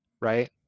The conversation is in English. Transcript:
right